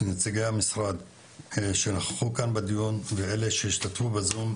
לנציגי המשרד שנכחו כאן בדיון ואלה שהשתתפו בזום,